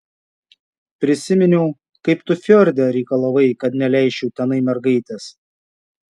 prisiminiau kaip tu fjorde reikalavai kad neleisčiau tenai mergaitės